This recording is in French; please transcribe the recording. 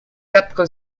quatre